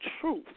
truth